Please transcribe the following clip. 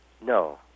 No